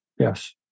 Yes